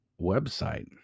website